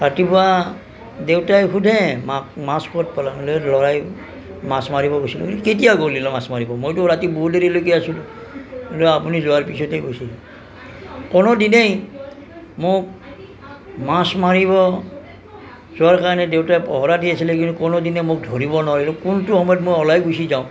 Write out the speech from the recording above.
ৰাতিপুৱা দেউতাই সুধে মাক মাছ ক'ত পালা বোলে ল'ৰাই মাছ মাৰিব গৈছিলে কেতিয়া গ'ল ই মাছ মাৰিব মইতো ৰাতি বহুত দেৰিলৈকে আছিলোঁ আপুনি যোৱাৰ পিছতেই গৈছে সি কোনো দিনেই মোক মাছ মাৰিব যোৱাৰ কাৰণে দেউতাই পহৰা দি আছিলে কিন্তু কোনো দিনেই মোক ধৰিব নোৱাৰিলে কোনটো সময়ত মই ওলাই গুছি যাওঁ